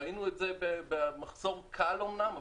ראינו מחסור קל אומנם,